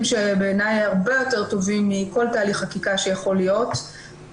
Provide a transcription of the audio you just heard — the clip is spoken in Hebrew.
שבעיניי הרבה יותר טובים מכל תהליך חקיקה שיכול להיות.